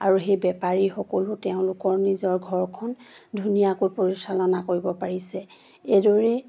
আৰু সেই বেপাৰীসকলো তেওঁলোকৰ নিজৰ ঘৰখন ধুনীয়াকৈ পৰিচালনা কৰিব পাৰিছে এইদৰেই